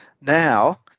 Now